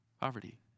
poverty